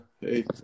hey